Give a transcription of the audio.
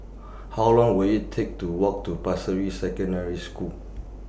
How Long Will IT Take to Walk to Pasir Ris Secondary School